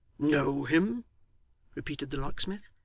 know him repeated the locksmith.